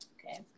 Okay